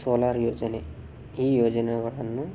solar ಯೋಜನೆ ಈ ಯೋಜನೆಗಳನ್ನು